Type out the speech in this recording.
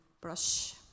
brush